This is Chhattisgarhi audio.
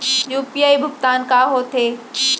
यू.पी.आई भुगतान का होथे?